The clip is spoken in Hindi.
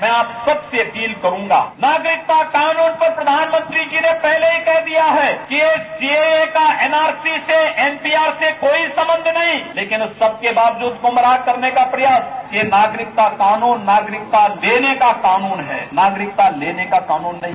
मैं आप सबसे अपील करूंगा नागरिकता कानून पर प्रधानमंत्री जी ने पहले डी कह दिया है कि सीएए का एनआरसी से एनपीवार से कोई संबंध नहीं है लेकिन उस सब के बावजूद गुमराह करने का प्रयास यह नागरिकता कानून देने का कानून है नागरिकता लेने का कानून नहीं है